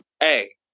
hey